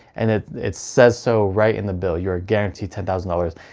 and it it says so right in the bill, you're guaranteed ten thousand dollars.